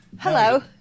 Hello